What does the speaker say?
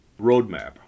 roadmap